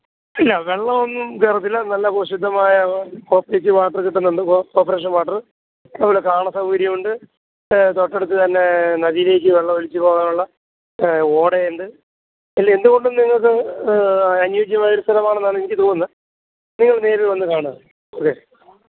ഇല്ല വെള്ളമൊന്നും കയറത്തില്ല നല്ല ഒ ശുദ്ധമായ കോപ്രേറ്റീവ് വാട്ടറ് കിട്ടുന്നുണ്ട് കോ കോപ്രേഷന് വാട്ടറ് അത്പോലെ കാണാൻ സൗകര്യം ഉണ്ട് ന്റെ തൊട്ടട്ത്ത് തന്നെ നദീലേയ്ക്ക് വെള്ളം ഒലിച്ച് പോകാനൊള്ള ഓടയെണ്ട് ഇല്ലെന്ത്കൊണ്ടും നിങ്ങക്ക് അനുയോജ്യമായൊരു സലമാണെന്നാണ് എനിക്ക് തോന്നുന്ന് നിങ്ങള് നേരില് വന്ന് കാണ് ഓക്കെ